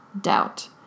doubt